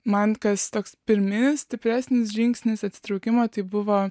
man kas toks pirminis stipresnis žingsnis atsitraukimo tai buvo